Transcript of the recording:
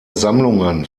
sammlungen